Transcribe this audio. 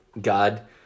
God